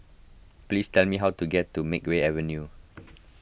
please tell me how to get to Makeway Avenue